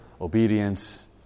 obedience